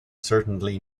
certainly